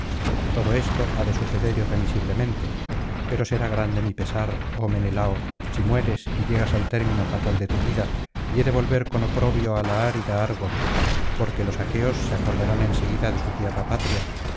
todo esto ha de suceder irremisiblemente pero será grande mi pesar oh menelao si mueres y llegas al término fatal de tu vida y he de volver con oprobio á la í rida argos porque los aqueos se acordarán en seguida de su tierra patria